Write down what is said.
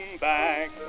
back